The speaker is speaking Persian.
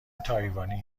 تایوانی